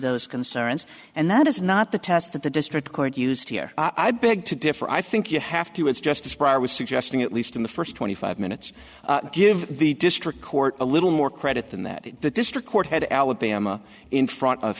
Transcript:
those concerns and that is not the test that the district court used here i beg to differ i think you have to as justice pryor was suggesting at least in the first twenty five minutes give the district court a little more credit than that in the district court had alabama in front of